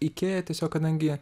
ikėja tiesiog kadangi